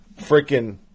freaking